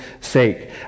sake